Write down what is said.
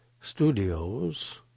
Studios